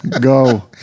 Go